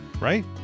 right